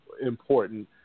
important